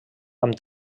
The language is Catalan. amb